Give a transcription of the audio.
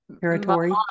territory